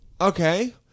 Okay